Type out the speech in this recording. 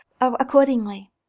accordingly